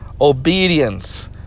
obedience